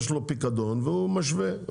יש לו פיקדון והוא משווה,